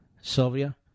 Sylvia